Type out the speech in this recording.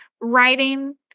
writing